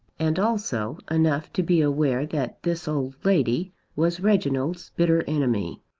and also enough to be aware that this old lady was reginald's bitter enemy.